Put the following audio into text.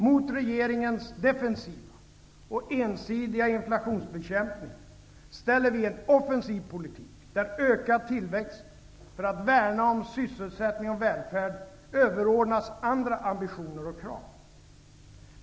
Mot regeringens defensiva och ensidiga inflationsbekämpning ställer vi en offensiv politik, där ökad tillväxt för att värna om sysselsättning och välfärd överordnas andra ambitioner och krav.